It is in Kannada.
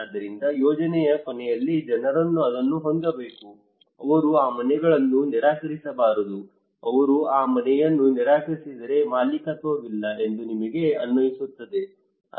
ಆದ್ದರಿಂದ ಯೋಜನೆಯ ಕೊನೆಯಲ್ಲಿ ಜನರು ಅದನ್ನು ಹೊಂದಬೇಕು ಅವರು ಆ ಮನೆಗಳನ್ನು ನಿರಾಕರಿಸಬಾರದು ಅವರು ಆ ಮನೆಯನ್ನು ನಿರಾಕರಿಸಿದರೆ ಮಾಲೀಕತ್ವವಿಲ್ಲ ಎಂದು ನಮಗೆ ಅನಿಸುತ್ತದೆ